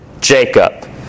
Jacob